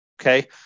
okay